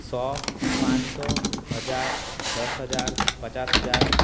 સો પાંચસો હજાર દસ હજાર પચાસ હજાર